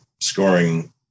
scoring